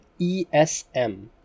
ESM